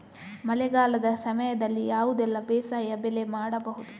ಮಳೆಗಾಲದ ಸಮಯದಲ್ಲಿ ಯಾವುದೆಲ್ಲ ಬೇಸಾಯ ಬೆಳೆ ಮಾಡಬಹುದು?